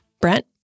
Brent